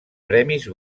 premis